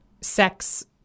sex